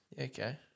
Okay